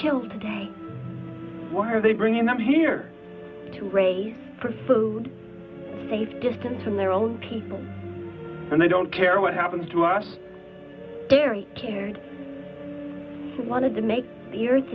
killed today why are they bringing them here to raise for food safe distance and their own people and they don't care what happens to us very scared who wanted to make the earth